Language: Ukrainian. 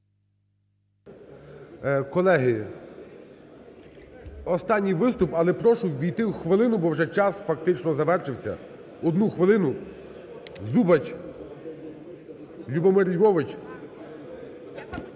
Колеги, останній виступ, але прошу ввійти у хвилину, бо вже час фактично завершився. Одну хвилину, Зубач Любомир Львович.